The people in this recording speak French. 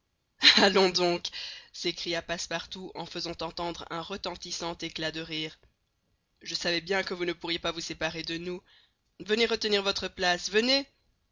allons donc s'écria passepartout en faisant entendre un retentissant éclat de rire je savais bien que vous ne pourriez pas vous séparer de nous venez retenir votre place venez